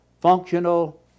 functional